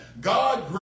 God